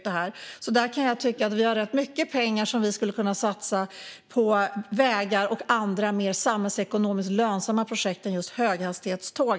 Därför kan jag tycka att vi har rätt mycket pengar som vi skulle kunna satsa på vägar och andra mer samhällsekonomiskt lönsamma projekt än just höghastighetståg.